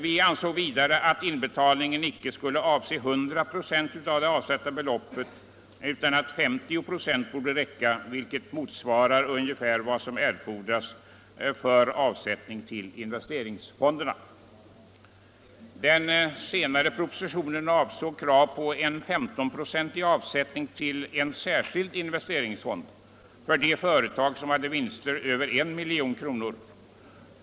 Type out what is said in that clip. Vi ansåg vidare att inbetalningen inte skulle avse 100 96 av det avsatta beloppet utan att 50 96 borde räcka, vilket motsvarar ungefär vad som erfordras för avsättning till investeringsfonderna. I den andra propositionen krävdes en 15-procentig avsättning till särskild investeringsfond för de företag som hade vinster över I milj.kr.